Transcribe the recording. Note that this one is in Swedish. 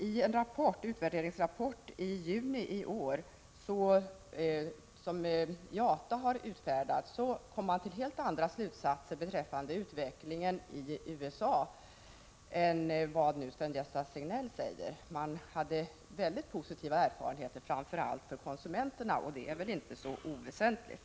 I en utvärderingsrapport som IATA presenterade i juni förra året kom man till helt andra slutsatser beträffande utvecklingen i USA än vad Sven-Gösta Signell gör. Erfarenheterna var mycket positiva, framför allt för konsumenterna, och det är inte oväsentligt.